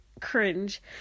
cringe